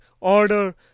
order